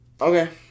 Okay